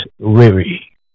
weary